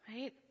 right